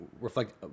reflect